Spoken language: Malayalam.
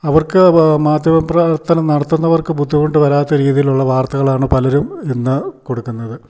അവർക്ക് മാധ്യമപ്രവർത്തനം നടത്തുന്നവർക്ക് ബുദ്ധിമുട്ട് വരാത്ത രീതിയിലുള്ള വാർത്തകളാണ് പലരും ഇന്ന് കൊടുക്കുന്നത്